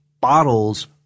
bottles